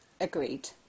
agreed